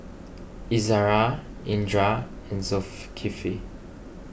Izzara Indra and